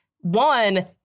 one